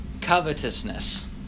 covetousness